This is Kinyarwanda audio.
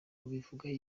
bubivugaho